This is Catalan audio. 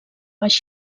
baix